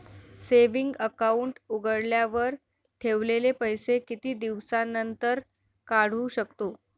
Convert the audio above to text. Saving account उघडल्यावर ठेवलेले पैसे किती दिवसानंतर काढू शकतो?